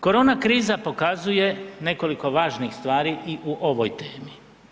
Korona kriza pokazuje nekoliko važnih stvari i u ovoj temi.